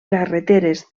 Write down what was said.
carreteres